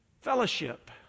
Fellowship